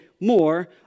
more